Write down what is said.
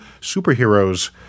Superheroes